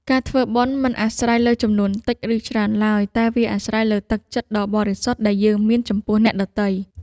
ការធ្វើបុណ្យមិនអាស្រ័យលើចំនួនតិច ឬច្រើនឡើយតែវាអាស្រ័យលើទឹកចិត្តដ៏បរិសុទ្ធដែលយើងមានចំពោះអ្នកដទៃ។